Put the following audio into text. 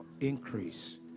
increase